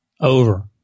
Over